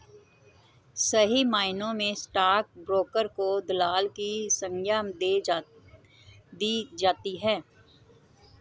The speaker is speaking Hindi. सही मायनों में स्टाक ब्रोकर को दलाल की संग्या दे दी जाती है